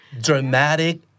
Dramatic